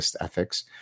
ethics